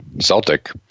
Celtic